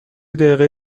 دقیقه